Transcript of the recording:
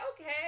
okay